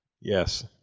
Yes